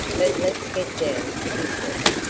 but let's get down to business.